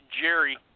Jerry